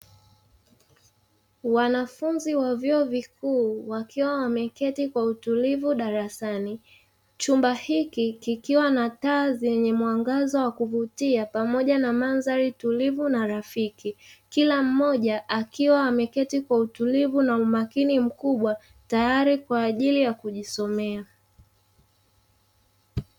Wanafunzi wa vyuo vikuu wakiwa wameketi kwa utulivu darasani, chumba hiki kikiwa na taa zenye mwangaza wa kuvutia pamoja na mandhari tulivu na rafiki. Kila mmoja akiwa ameketi kwa utulivu na umakini mkubwa tayari kwa ajili ya kujisomea.